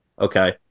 Okay